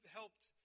helped